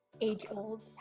age-old